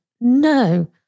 no